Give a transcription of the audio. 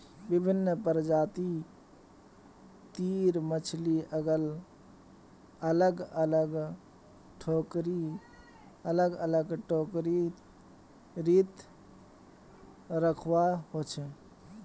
विभिन्न प्रजाति तीर मछली अलग अलग टोकरी त रखवा हो छे